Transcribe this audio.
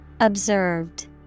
Observed